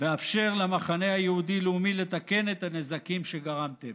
ואפשר למחנה היהודי-לאומי לתקן את הנזקים שגרמתם.